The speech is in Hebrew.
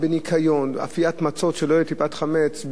בניקיון ובאפיית מצות שלא תהיה טיפת חמץ,